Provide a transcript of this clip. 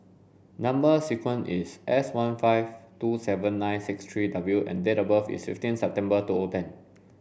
number sequence is S one five two seven nine six three W and date of birth is fifteen September two O ten